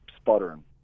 sputtering